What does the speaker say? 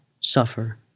suffer